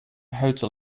hotel